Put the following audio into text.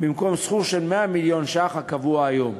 במקום סכום של 100 מיליון שקלים הקבוע היום,